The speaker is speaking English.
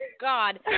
God